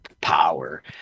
power